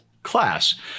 class